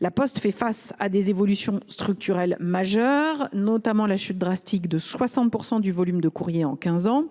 La Poste fait face à des évolutions structurelles majeures, notamment à la chute de 60 % du volume de courrier en quinze ans.